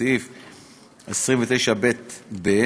בסעיף 29ב(ב)